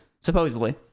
Supposedly